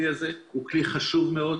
כלי חשוב מאוד,